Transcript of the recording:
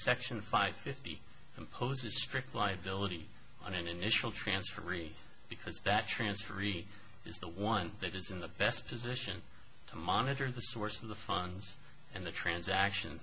section five fifty imposes strict liability on an initial transfer re because that transfer e is the one that is in the best position to monitor the source of the funds and the transaction